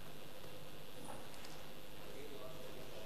אדוני היושב-ראש,